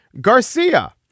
Garcia